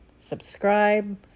subscribe